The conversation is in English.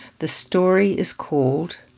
the story is called,